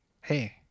hey